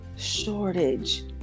shortage